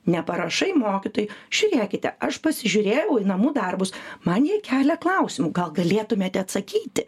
neparašai mokytojai žiūrėkite aš pasižiūrėjau į namų darbus man jie kelia klausimų gal galėtumėte atsakyti